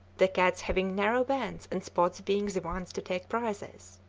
the cats having narrow bands and spots being the ones to take prizes.